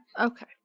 okay